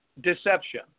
deception